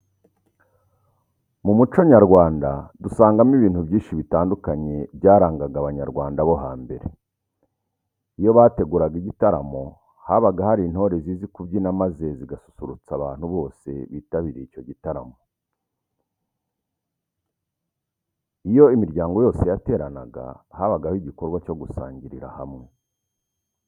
Mu muco nyarwanda dusangamo ibintu byinshi bitandukanye byarangaga Abanyarwanda bo hambere. Iyo bateguraga igitaramo, habaga hari intore zizi kubyina maze zigasusurutsa abantu bose bitabiriye icyo gitaramo. Iyo imiryango yose yateranaga habagaho igikorwa cyo gusangirira hamwe.